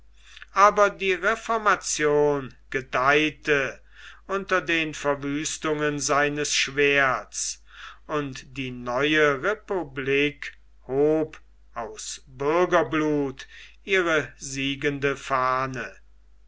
aber die reformation gedeihte unter den verwüstungen seines schwerts und die neue republik hob aus bürgerblut ihre siegende fahne